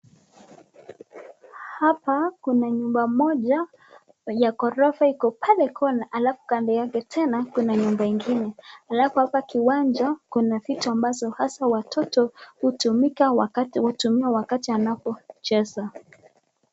Hapa kuna nyumba moja ya gorofa iko pale kona alafu kando yake tena kuna nyumba ingine. Alafu hapa kiwanja kuna vitu ambazo hasa watoto hutumika wakati hutumiwa wakati wanapocheza.